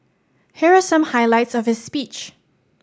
here are some highlights of his speech